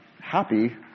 happy